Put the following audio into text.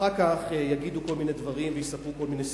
אחר כך יגידו כל מיני דברים ויספרו כל מיני סיפורים.